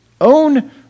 own